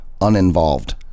uninvolved